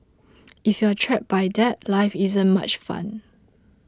if you are trapped by that life isn't much fun